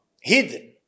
Hidden